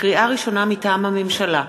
לקריאה ראשונה, מטעם הממשלה: